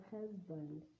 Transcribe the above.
husband